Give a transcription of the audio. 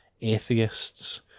atheists